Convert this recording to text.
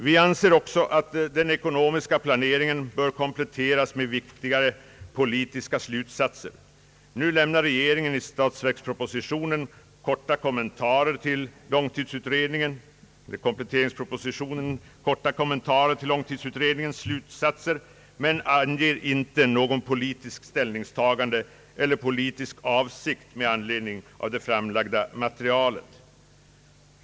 Vi anser också att den ekonomiska planeringen bör kompletteras med viktigare politiska slutsatser. Nu lämnar regeringen i kompletteringspropositionen korta kommentarer till långtidsutredningens slutsatser men anger inte något politiskt ställningstagande eller någon politisk avsikt med anledning av det framlagda materialet.